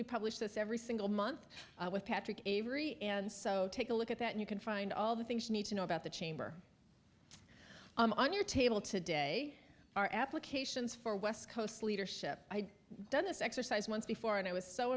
we publish this every single month with patrick and so take a look at that you can find all the things you need to know about the chamber on your table today our applications for west coast leadership i've done this exercise once before and i was so